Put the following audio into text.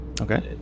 Okay